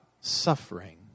suffering